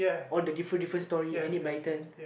all the different different story Enid-Blyton